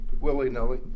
willy-nilly